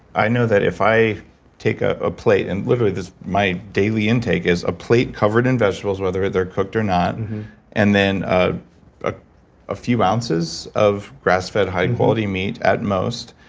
i know that if i take a ah plate, and literally my daily intake is a plate covered in vegetables, whether they're cooked or not and then ah ah a few ounces of grass fed high quality meat, at most.